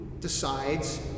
decides